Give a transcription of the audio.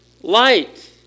light